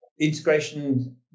integration